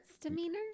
demeanor